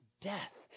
death